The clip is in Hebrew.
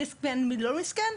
מי מסכן או מי לא מסכן.